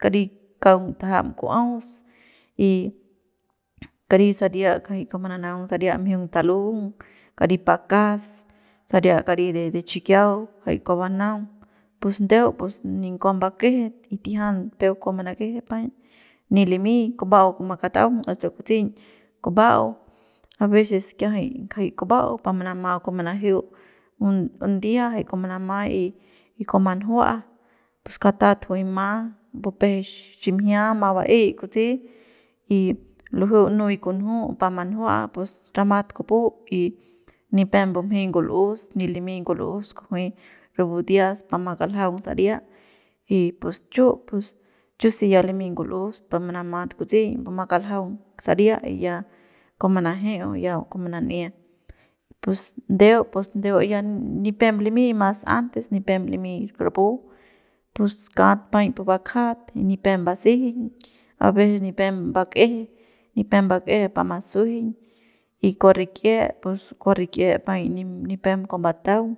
kari kaung tajam kuoaus y kari saria kjay kua mananaung saria mjiung talung kari pakas saria kari de chikiau jay kua banaung pus ndeu ni kua mbakeje y tijian peuk kua manakeje paiñ ni limy kuba'au kua makataung asta kutseiñ kuba'au a veces kiajay ngajay kuba'au pa manama kua manajeu un un dia jay kua manama y kua manjua pus katat juy ma bupeje ximjia ma ba'ey kutsi y lujueu nuy kunju pa manjua pus ramat kupu y nipem mbumjey ngul'us y nipem limy ngul'us y rapu dias pa makaljaung saria y pus chu pus chu si ya limy ngul'us pa manamat kutseiñ pa makaljaung saria y ya kua manjeu'u ya kua manan'ia pus ndeu pus ndeu ya nipem limy mas antes nipem limy rapu pus kat paiñ pu bakjat y nipem mbasejeiñ a veces ni pem mbak'eje ni pem mbakje pa masuejeiñ y kua rik'ie pus kua rik'ie nipem kua mbataung.